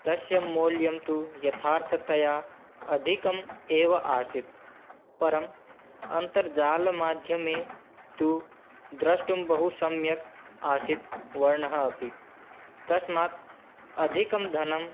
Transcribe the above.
तस्य मौल्यं तु यथार्थतया अधिकम् एव असीत् परं अन्तर्जालमाध्यमे तु द्रष्टुं बहुसम्यक् आसीत् वर्णः अपि तस्मात् अधिकं धनं